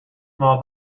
small